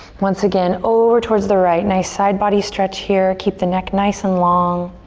once again, over towards the right. nice side body stretch here. keep the neck nice and long.